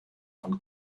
von